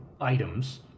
items